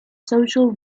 social